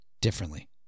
differently